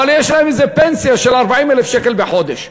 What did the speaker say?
יש להם איזה פנסיה של 40,000 שקל בחודש.